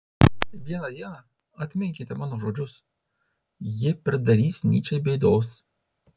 vieną dieną atminkite mano žodžius ji pridarys nyčei bėdos